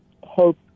hope